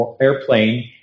airplane